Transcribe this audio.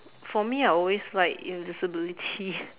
for me I always like invisibility